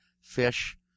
fish